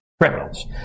Criminals